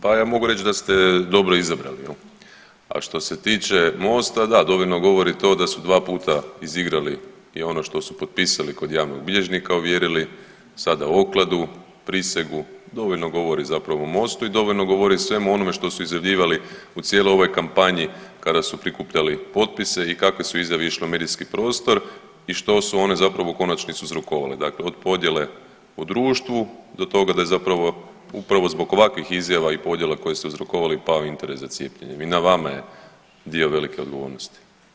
Pa ja mogu reć da ste dobro izabrali jel, a što se tiče Mosta da dovoljno govori to da su dva puta izigrali i ono što su potpisali kod javnog bilježnika i ovjerili, sada okladu, prisegu, dovoljno govori zapravo o Mostu i dovoljno govori o svemu onome što su izjavljivali u cijeloj ovoj kampanji kada su prikupljali potpise i kakve su izjave išle u medijski prostor i što su one zapravo u konačnici uzrokovale, dakle od podjele u društvu do toga da je zapravo upravo zbog ovakvih izjava i podjela koje su uzrokovale pao interes za cijepljenje i na vama je dio velike odgovornosti.